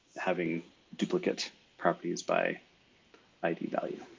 having duplicate properties by id value.